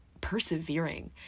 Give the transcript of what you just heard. persevering